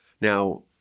Now